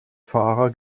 fahrer